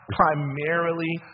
primarily